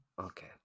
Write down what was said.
Okay